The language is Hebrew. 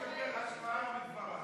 לשמוע את עמדתך.